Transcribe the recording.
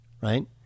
right